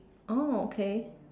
oh okay